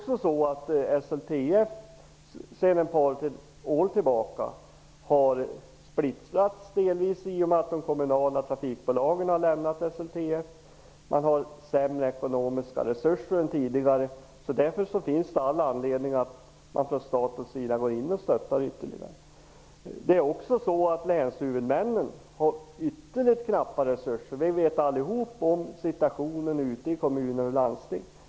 SLTF har sedan ett par år tillbaka delvis splittrats i och med att de kommunala trafikbolagen har lämnat SLTF. Man har sämre ekonomiska resurser än tidigare. Därför finns det all anledning att staten går in och stöttar ytterligare. Länshuvudmännen har ytterligt knappa resurser. Vi vet allihop hur situationen är ute i kommuner och landsting.